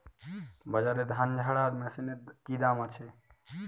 বাজারে ধান ঝারা মেশিনের কি দাম আছে?